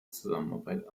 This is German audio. zusammenarbeit